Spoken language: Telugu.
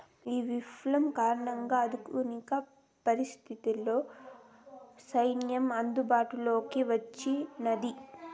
ఈ విప్లవం కారణంగా ఆధునిక పద్ధతిలో సేద్యం అందుబాటులోకి వచ్చినాది